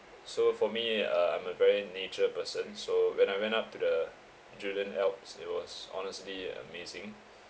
so for me uh I'm a very nature person so when I went up to the julian alps it was honestly amazing